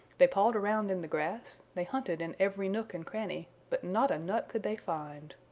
they pawed around in the grass, they hunted in every nook and cranny, but not a nut could they find.